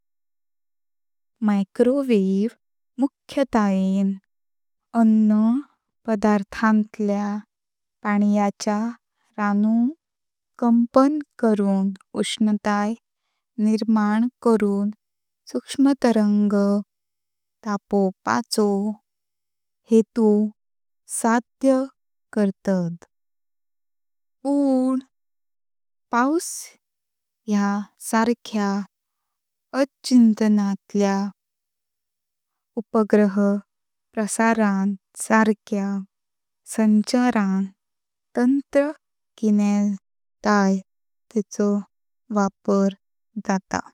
मायक्रोवेव्ह मुख्यतयेन आन्न पदार्थांतल्या पाणीयाच्या रेणूंक कंपन करू अनुष्णताय निर्माण करू सूक्ष्मतरंग तापोवपाचो हेतु साध्य करतत, पण पावस ह्या सारक्या अडचणींतल्या उपग्रह प्रसारण सारक्या संचारण तंत्र गिण्यांतय तेको वापर जात।